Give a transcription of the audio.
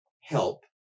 help